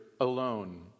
alone